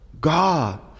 God